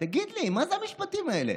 תגיד לי, מה זה המשפטים האלה?